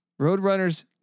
Roadrunners